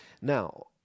Now